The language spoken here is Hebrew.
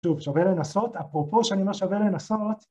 שווה לנסות, אפרופו שאני אומר שווה לנסות